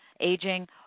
aging